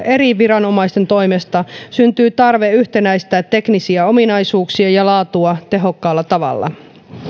eri viranomaisten toimesta syntyy tarve yhtenäistää teknisiä ominaisuuksia ja laatua tehokkaalla tavalla